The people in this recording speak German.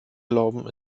glauben